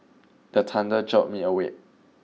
the thunder jolt me awake